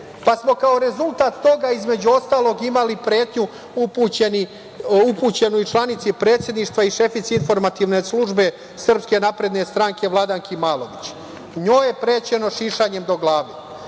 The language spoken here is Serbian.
pa smo kao rezultat toga, između ostalog, imali pretnju upućenu i članici predsedništva i šefici informativne službe SNS Vladanki Malović. Njoj je prećeno šišanjem do glave.